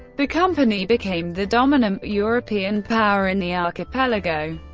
the company became the dominant european power in the archipelago.